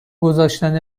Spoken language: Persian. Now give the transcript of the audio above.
گذاشتن